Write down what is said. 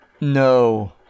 no